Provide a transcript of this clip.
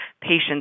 patients